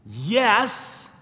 Yes